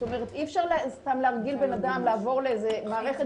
אי אפשר סתם להרגיל בן אדם לעבור לאיזה מערכת